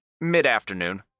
mid-afternoon